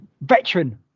veteran